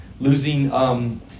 losing